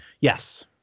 yes